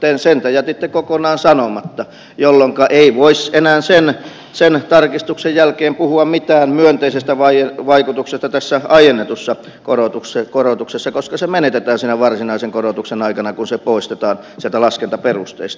sen te jätitte kokonaan sanomatta jolloin ei voisi enää sen tarkistuksen jälkeen puhua mitään myönteisestä vaikutuksesta tässä aiennetussa korotuksessa koska se menetetään siinä varsinaisen korotuksen aikana kun se poistetaan sieltä laskentaperusteista